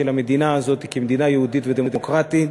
של המדינה הזאת כמדינה יהודית ודמוקרטית,